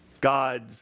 God